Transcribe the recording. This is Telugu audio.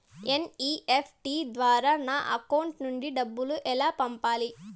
ఎన్.ఇ.ఎఫ్.టి ద్వారా నా అకౌంట్ నుండి డబ్బులు ఎలా పంపాలి